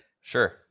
Sure